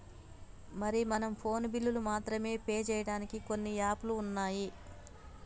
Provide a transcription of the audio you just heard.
మరి మనం ఫోన్ బిల్లులు మాత్రమే పే చేయడానికి కొన్ని యాప్లు ఉన్నాయి